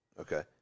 okay